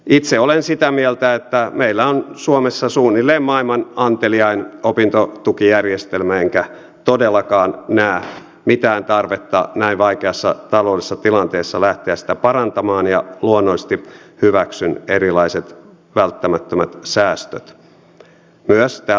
itse olen sitä mieltä että meillä on suomessa suunnilleen maailman anteliain opintotukijärjestelmä enkä todellakaan näe mitään tarvetta näin vaikeassa taloudellisessa tilanteessa lähteä sitä parantamaan ja luonnollisesti hyväksyn erilaiset välttämättömät säästöt myös tältä osin